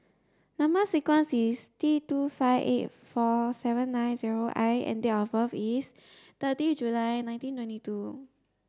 number sequence is T two five eight four seven nine zero I and date of birth is thirty July nineteen twenty two